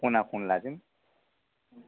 खना खनलाजों